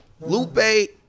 Lupe